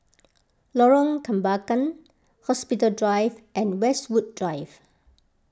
Lorong Kembangan Hospital Drive and Westwood Drive